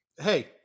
Hey